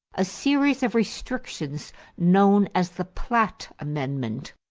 a series of restrictions known as the platt amendment,